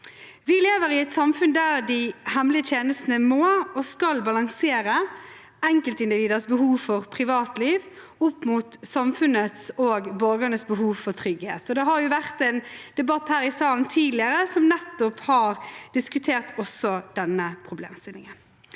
Vi lever i et samfunn der de hemmelige tjenestene må og skal balansere enkeltindividers behov for privatliv opp mot samfunnets og borgernes behov for trygghet. Det har jo også tidligere vært en debatt her i salen der en diskuterte denne problemstillingen.